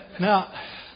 Now